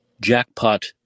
jackpot